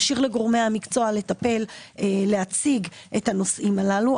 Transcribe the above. נשאיר לגורמי המקצוע להציג את הנושאים הללו,